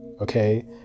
Okay